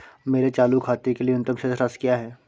मेरे चालू खाते के लिए न्यूनतम शेष राशि क्या है?